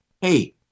Hey